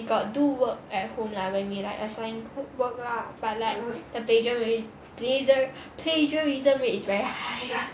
he got do work at home lah when we like assign work lah but like the plagari~ plagari~ plagiarism rate is very high lah